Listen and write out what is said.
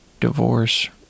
divorce